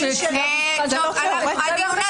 מבוטלים